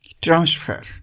transfer